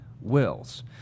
wills